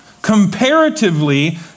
comparatively